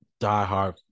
diehard